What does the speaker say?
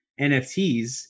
NFTs